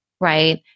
right